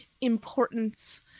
importance